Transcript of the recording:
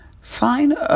find